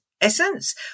Essence